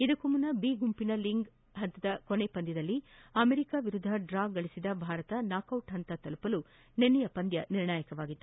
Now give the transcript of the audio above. ಇದಕ್ಕೂ ಮುನ್ನ ಬಿ ಗುಂಪಿನ ಲೀಗ್ ಹಂತದ ಕೊನೆಯ ಪಂದ್ಯದಲ್ಲಿ ಅಮೆರಿಕಾ ವಿರುದ್ದ ಡ್ರಾ ಸಾಧಿಸಿದ್ದ ಭಾರತ ನಾಕೌಟ್ ಹಂತ ತಲುಪಲು ನಿನ್ನೆಯ ಪಂದ್ಯ ನಿರ್ಣಾಯಕವಾಗಿತ್ತು